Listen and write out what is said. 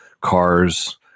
cars